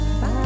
Bye